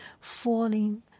falling